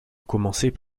commencer